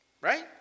right